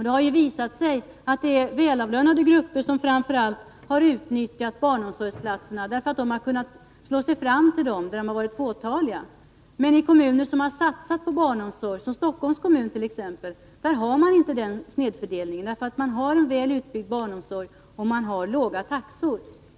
Det har visat sig att det är välavlönade i grupper som framför allt har utnyttjat barnomsorgsplatserna, därför att de har kunnat slå sig fram till dem när platserna har varit fåtaliga. Men i kommuner där det satsas på barnomsorgen, som i Stockholms kommun, har man inte den snedfördelningen. Där har man en väl utbyggd barnomsorg, och man har låga taxor.